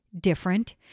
different